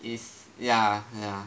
is ya ya